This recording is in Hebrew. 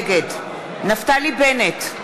נגד נפתלי בנט,